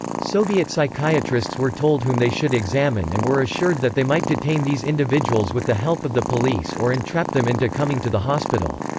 soviet psychiatrists were told whom they should examine and were assured that they might detain these individuals with the help of the police or entrap them into coming to the hospital.